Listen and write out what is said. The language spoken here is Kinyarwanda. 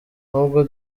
nubwo